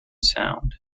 sound